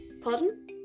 Pardon